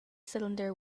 cylinder